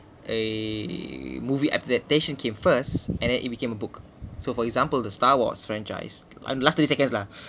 a movie adaptation came first and then it became a book so for example the star wars franchise um last three seconds lah